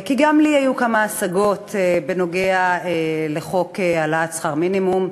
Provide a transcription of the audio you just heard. גם לי היו כמה השגות בנוגע לחוק העלאת שכר מינימום.